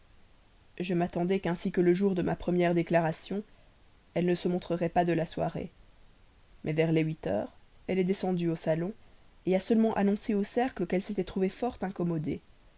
je m'attendais qu'ainsi que le jour de ma première déclaration elle ne se montrerait pas de la soirée mais vers les huit heures elle est descendue au salon a seulement annoncé au cercle qu'elle s'était trouvée fort incommodée